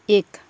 एक